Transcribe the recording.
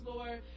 Lord